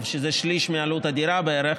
שזה שליש מעלות הדירה בערך,